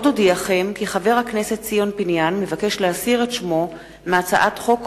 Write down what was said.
עוד אודיעכם כי חבר הכנסת ציון פיניאן מבקש להסיר את שמו מהצעת חוק